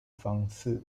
方式